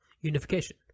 Unification